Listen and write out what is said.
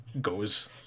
goes